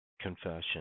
confession